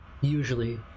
usually